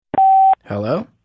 Hello